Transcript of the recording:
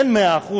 אין 100%,